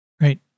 Right